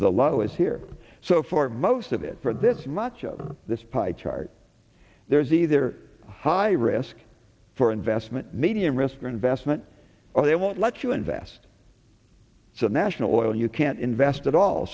the low is here so for most of it for this much of this pie chart there is either high risk for investment medium risk or investment or they won't let you invest so national oil you can't invest it all